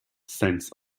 sense